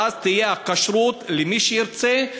ואז תהיה כשרות למי שירצה,